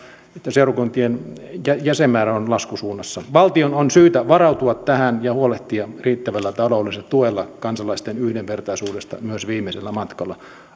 seurakuntien jäsenmäärä on laskusuunnassa valtion on syytä varautua tähän ja huolehtia riittävällä taloudellisella tuella kansalaisten yhdenvertaisuudesta myös viimeisellä matkalla